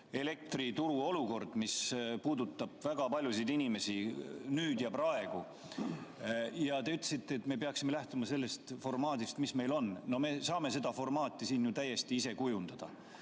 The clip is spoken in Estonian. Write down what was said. elektrituru olukord, mis puudutab väga paljusid inimesi nüüd ja praegu. Te ütlesite, et me peaksime lähtuma sellest formaadist, mis meil on. No me saame seda formaati siin ju täiesti ise kujundada.